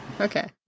Okay